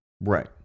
Right